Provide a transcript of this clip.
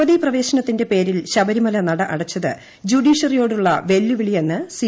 യുവതി പ്രവേശനത്തിന്റെ പേരിൽ ശബരിമല നട അടച്ചത് ജുഡീഷ്യറിയോടുള്ള വെല്ലുവിളിയെന്ന് സി